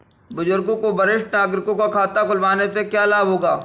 बुजुर्गों को वरिष्ठ नागरिक खाता खुलवाने से क्या लाभ होगा?